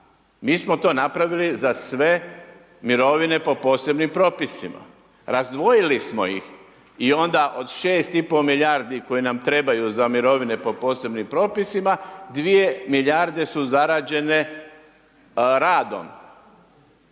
Mi smo to napravili za sve mirovine po posebnim propisima. Razdvojili smo ih i onda od 6,5 milijardi koje nam trebaju za mirovine po posebnim propisima, 2 milijarde su zarađene radom.